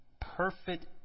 perfect